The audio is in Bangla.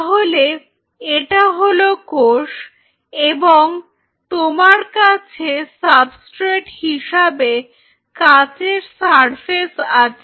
তাহলে এটা হলো কোষ এবং তোমার কাছে সাবস্ট্রেট হিসাবে কাঁচের সারফেস আছে